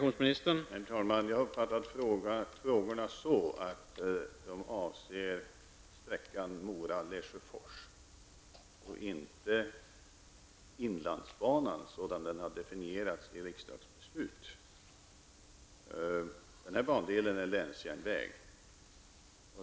Herr talman! Jag uppfattar frågan så att den berör sträckan Mora--Lesjöfors, och inte inlandsbanan så som denna har definierats i riksdagsbeslut. Den banan är länsjärnväg.